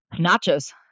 Nachos